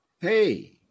Hey